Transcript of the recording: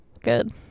Good